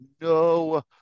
no